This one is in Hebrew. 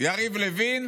יריב לוין: